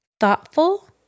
thoughtful